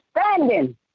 standing